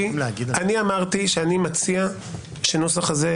אמרתי שאני מציע שהנוסח הזה,